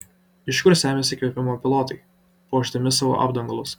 iš kur semiasi įkvėpimo pilotai puošdami savo apdangalus